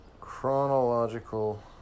chronological